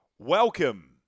Welcome